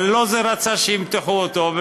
אבל לא זה רצה שימתחו אותו,